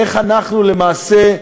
איך אנחנו למעשה,